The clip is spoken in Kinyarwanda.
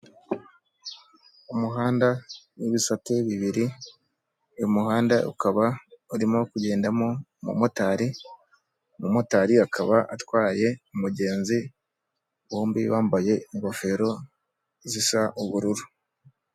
Umuhanda w'ibisate bibiri, uyu muhanda ukaba urimo kugendamo umumotari, umumotari akaba atwaye umugenzi bombi bambaye ingofero zisa ubururu.